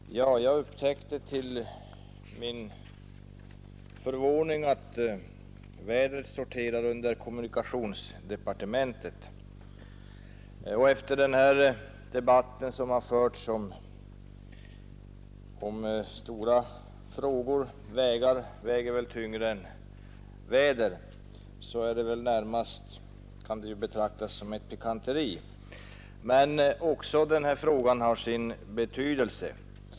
Herr talman! Jag upptäckte till min förvåning att vädret sorterar under kommunikationsdepartementet. Efter den debatt som har förts om stora frågor — vägar väger väl tyngre än väder — kan det väl närmast betraktas som ett pikanteri att här tala om vädret. Men också den frågan har sin betydelse.